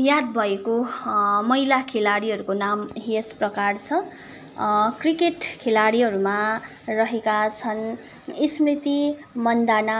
याद भएको महिला खेलाडीको नाम यसप्रकार छ क्रिकेट खेलाडीहरूमा रहेका छन् स्मृति मन्दाना